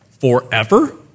forever